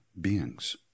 beings